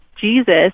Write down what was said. Jesus